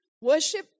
Worship